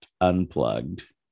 unplugged